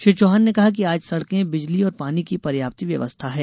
श्री चौहान ने कहा कि आज सड़कें बिजली और पानी की पर्याप्त व्यवस्था है